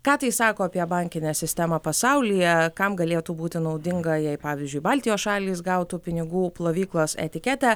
ką tai sako apie bankinę sistemą pasaulyje kam galėtų būti naudinga jei pavyzdžiui baltijos šalys gautų pinigų plovyklos etiketę